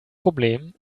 problem